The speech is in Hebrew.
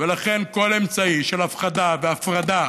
ולכן, כל אמצעי של הפחדה והפרדה,